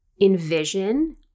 envision